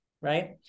right